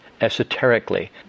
esoterically